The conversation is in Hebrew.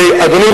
ואדוני,